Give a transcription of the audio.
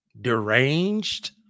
deranged